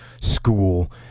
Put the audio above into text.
school